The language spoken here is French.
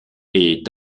est